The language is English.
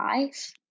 life